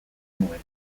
nuen